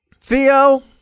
Theo